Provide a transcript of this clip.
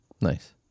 Nice